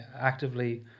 actively